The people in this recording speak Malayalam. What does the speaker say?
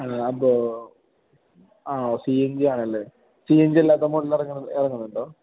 ആ അപ്പോൾ ആ സീ യെ ജിയാണല്ലേ സീ യെൻ ജി അല്ലാത്ത മോഡലെറങ്ങണത് ഇറങ്ങുന്നുണ്ടോ